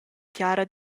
tiara